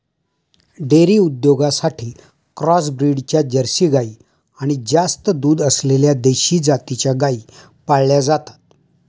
dairy उद्योगासाठी cross ब्रीडच्या Jersey गाई आणि जास्त दूध असलेल्या देशी जातीच्या गायी पाळल्या जातात